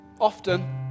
often